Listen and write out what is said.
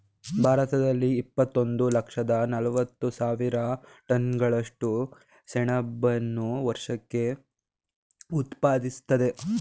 ಭಾರತದಲ್ಲಿ ಇಪ್ಪತ್ತೊಂದು ಲಕ್ಷದ ನಲವತ್ತು ಸಾವಿರ ಟನ್ಗಳಷ್ಟು ಸೆಣಬನ್ನು ವರ್ಷಕ್ಕೆ ಉತ್ಪಾದಿಸ್ತದೆ